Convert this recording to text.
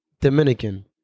Dominican